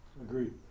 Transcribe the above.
Agreed